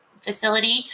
facility